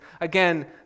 Again